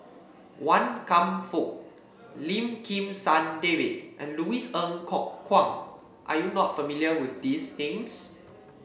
Wan Kam Fook Lim Kim San David and Louis Ng Kok Kwang are you not familiar with these names